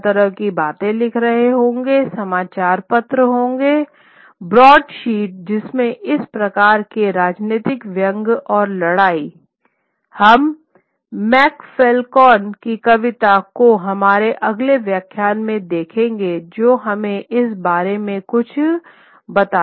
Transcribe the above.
लोग तरह तरह की बातें लिख रहे होंगे समाचार पत्र होंगे ब्रॉडशीट जिसमें इस प्रकार के राजनीतिक व्यंग्य और लड़ाई हम MacFlecknoe की कविता को हमारे अगले व्याख्यान में देखेंगे जो हमें इस बारे में बहुत कुछ बताएगी